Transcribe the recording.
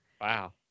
Wow